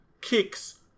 kicks